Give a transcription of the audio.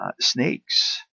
snakes